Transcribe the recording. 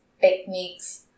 techniques